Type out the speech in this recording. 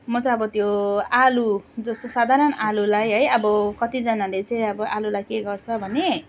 म चाहिँ अब त्यो आलु जस्तो साधारण आलुलाई है अब कतिजनाले चाहिँ अब आलुलाई के गर्छ भने